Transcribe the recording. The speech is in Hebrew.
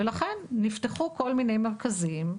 לכן נפתחו כל מיני מרכזים,